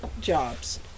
jobs